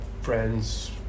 friends